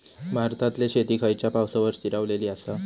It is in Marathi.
भारतातले शेती खयच्या पावसावर स्थिरावलेली आसा?